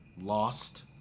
lost